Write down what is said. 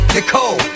Nicole